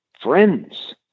friends